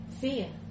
Fear